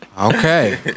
Okay